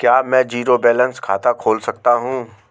क्या मैं zero balance खाता खोल सकता हूँ?